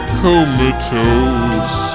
comatose